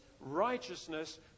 righteousness